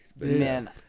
Man